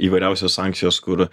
įvairiausios sankcijos kur